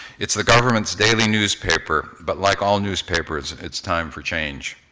it's the government's daily newspaper, but like all newspapers, it's time for change.